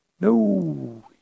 no